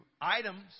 items